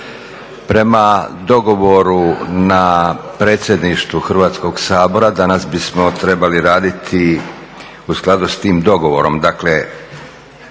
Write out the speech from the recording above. Prema dogovoru na Predsjedništvu Hrvatskog sabora danas bismo trebali raditi u skladu s tim dogovorom. Dakle,